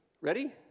Ready